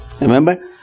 Remember